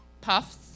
puffs